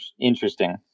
interesting